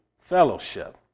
fellowship